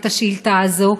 את השאילתה הזאת.